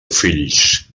fills